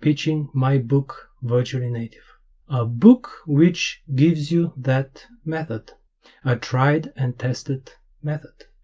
pitching my book virtually native a book which gives you that method a tried and tested method.